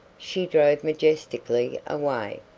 she drove majestically away.